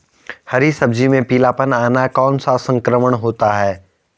हरी सब्जी में पीलापन आना कौन सा संक्रमण होता है?